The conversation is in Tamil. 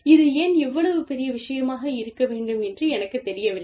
இது ஏன் இவ்வளவு பெரிய விஷயமாக இருக்க வேண்டும் என்று எனக்குத் தெரியவில்லை